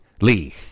Lee